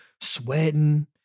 sweating